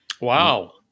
Wow